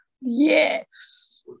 Yes